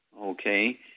okay